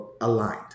aligned